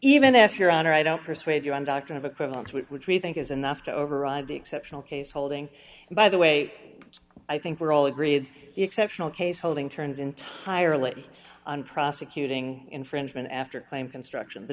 even if your honor i don't persuade you on doctrine of equivalence with which we think is enough to override the exceptional case holding by the way i think we're all agreed exceptional case holding turns entirely on prosecuting infringement after claim construction the